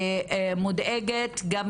ומודאגת גם